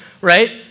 right